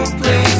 please